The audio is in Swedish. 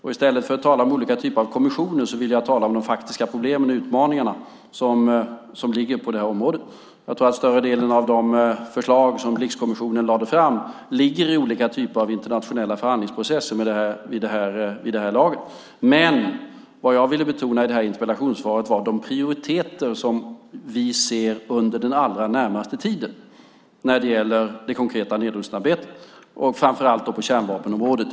I stället för att tala om olika typer av kommissioner ville jag tala om de faktiska problemen och utmaningarna på det här området. Jag tror att större delen av de förslag som Blixkommissionen lade fram ligger i olika typer av internationella förhandlingsprocesser vid det här laget. Vad jag i det här interpellationssvaret velat betona är de prioriteter som vi ser under den allra närmaste tiden när det gäller det konkreta nedrustningsarbetet, framför allt på kärnvapenområdet.